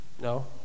No